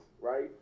right